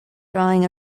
drawing